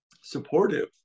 supportive